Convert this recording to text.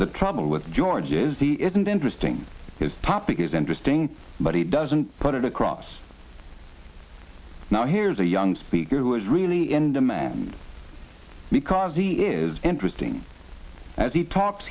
the trouble with george is the isn't interesting his topic is interesting but he doesn't put it across now here's a young speaker who is really in demand because he is interesting as he talks